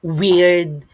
weird